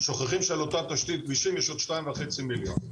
שוכחים שעל אותה תשתית כבישים יש עוד שניים וחצי מיליון.